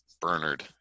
Bernard